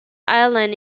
island